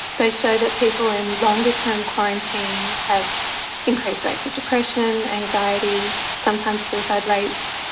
they show that people in longer term quarantine have increased rates of depression, anxiety, sometimes suicide rates,